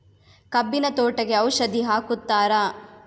ಕಬ್ಬಿನ ತೋಟಕ್ಕೆ ಔಷಧಿ ಹಾಕುತ್ತಾರಾ?